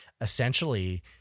essentially